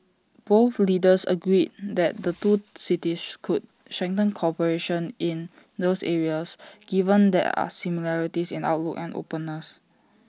both leaders agreed that the two cities could strengthen cooperation in those areas given their are similarities in outlook and openness